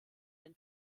den